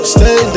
Stay